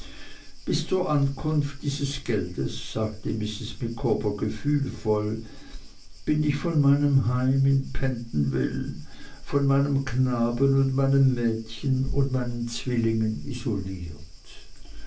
bis zur ankunft dieses geldes sagte mrs micawber gefühlvoll bin ich von meinem heim in pentonville von meinem knaben und meinem mädchen und meinen zwillingen isoliert